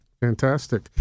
Fantastic